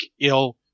ill